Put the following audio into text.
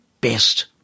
best